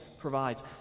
provides